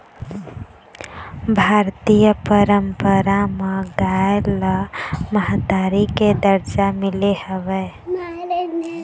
भारतीय पंरपरा म गाय ल महतारी के दरजा मिले हवय